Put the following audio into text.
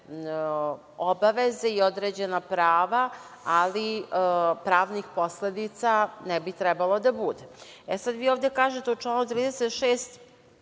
obaveze i određena prava, ali pravnih posledica ne bi trebalo da bude. Vi ovde kažete, u članu 36,